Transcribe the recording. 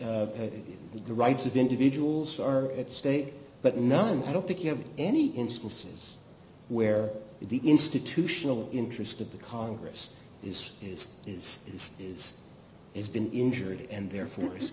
the rights of individuals are at stake but no i don't think you have any instances where the institutional interest of the congress is is is is it's been injured and therefore